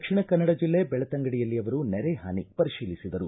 ದಕ್ಷಿಣ ಕನ್ನಡ ಜಿಲ್ಲೆ ಬೆಳ್ತಂಗಡಿಯಲ್ಲಿ ಅವರು ನೆರೆ ಹಾನಿ ಪರಿಶೀಲಿಸಿದರು